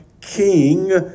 king